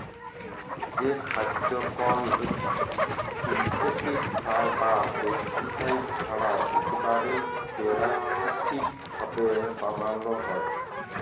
যে খাদ্য কল সিলথেটিক সার বা পেস্টিসাইড ছাড়া ইকবারে পেরাকিতিক ভাবে বানালো হয়